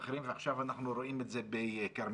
אחרים ועכשיו אנחנו רואים את זה בכרמיאל,